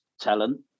talent